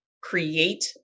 create